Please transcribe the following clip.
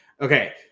Okay